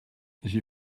j’ai